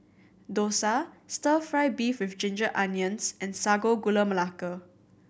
dosa Stir Fry beef with ginger onions and Sago Gula Melaka